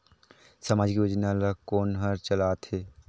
समाजिक योजना ला कोन हर चलाथ हे?